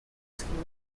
skinwel